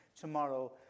tomorrow